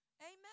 Amen